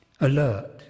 alert